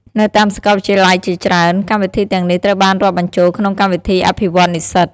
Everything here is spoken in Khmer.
នៅតាមសាកលវិទ្យាល័យជាច្រើន កម្មវិធីទាំងនេះត្រូវបានរាប់បញ្ចូលក្នុងកម្មវិធីអភិវឌ្ឍនិស្សិត។